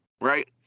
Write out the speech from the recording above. right